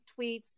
tweets